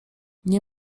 nie